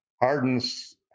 Harden's